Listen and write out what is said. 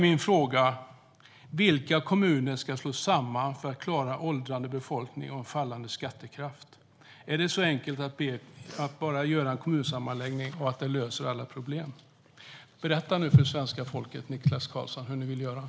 Min fråga är: Vilka kommuner ska slås samman för att klara en åldrande befolkning och en fallande skattekraft? Är det så enkelt att man bara gör en kommunsammanläggning och så löser det alla problem? Berätta nu för svenska folket hur ni vill göra, Niklas Karlsson!